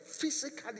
physically